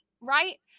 right